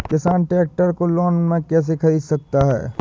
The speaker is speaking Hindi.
किसान ट्रैक्टर को लोन में कैसे ख़रीद सकता है?